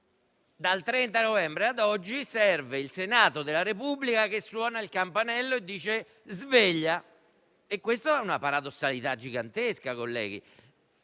Dal 30 novembre ad oggi serve il Senato della Repubblica per suonare il campanello e dire «sveglia»: questa è una paradossalità gigantesca, colleghi.